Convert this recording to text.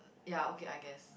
ya okay I guess